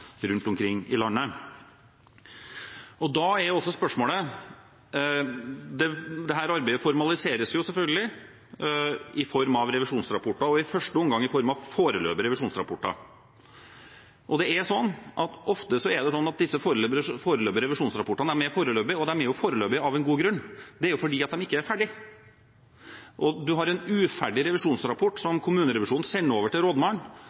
rundt omkring i landet. Spørsmålet dreier seg da om: Dette arbeidet formaliseres, selvfølgelig, i form av revisjonsrapporter – i første omgang i form av foreløpige revisjonsrapporter. Ofte er det sånn at disse foreløpige revisjonsrapportene er foreløpige med god grunn – de ikke er ferdige. Man har en uferdig revisjonsrapport som kommunerevisjonen sender over til rådmannen og sier: Er dette riktig? Kan rådmannen stå inne for dette? Har vi oppfattet fakta i saken riktig? Har rådmannen og administrasjonen for øvrig noen kommentarer til